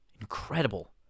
Incredible